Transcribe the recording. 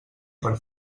per